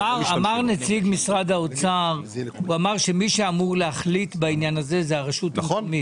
נציג משרד האוצר אמר שמי שאמור להחליט בעניין הזה הוא הרשות המקומית.